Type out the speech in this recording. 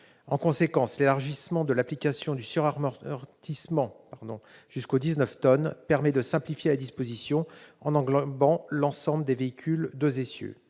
deux essieux. L'élargissement de l'application du suramortissement jusqu'aux 19 tonnes permet justement de simplifier la disposition en englobant l'ensemble des véhicules à deux essieux.